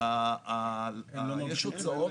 יש הוצאות,